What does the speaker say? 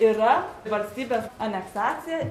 yra valstybės aneksacija